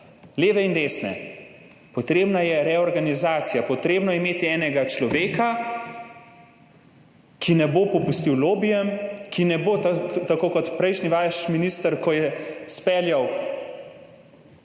leve in desne. Potrebna je reorganizacija, treba je imeti enega človeka, ki ne bo popustil lobijem, ki ne bo tak kot vaš prejšnji minister, ki je izpeljal